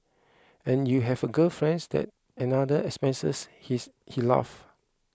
and you have a girlfriends that's another expenses he is he laugh